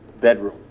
bedroom